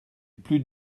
plus